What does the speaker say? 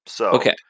Okay